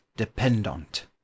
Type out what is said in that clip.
Dependent